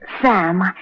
Sam